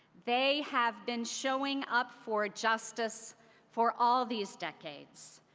they have been showing up for justice for all these decades.